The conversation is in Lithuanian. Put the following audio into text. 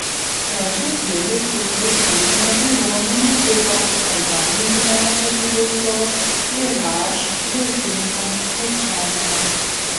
trąšų kiekis priklausys nuo dirvožemio tipo organinių medžiagų gausos ph drėkinimo mulčiavimo